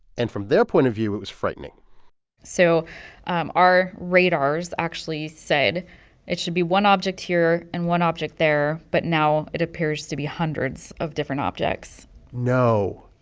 and from their point of view, it was frightening so our radars actually said it should be one object here and one object there. but now it appears to be hundreds of different objects no.